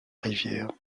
rivière